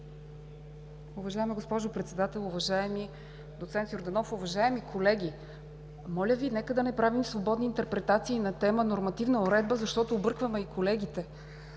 Уважаема госпожо Председател, уважаеми доц. Йорданов, уважаеми колеги! Нека не правим свободни интерпретации на тема „Нормативна уредба“, защото объркваме колегите.